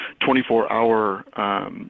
24-hour